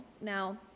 Now